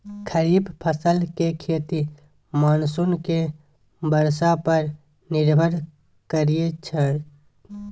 खरीफ फसल के खेती मानसून के बरसा पर निर्भर करइ छइ